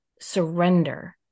surrender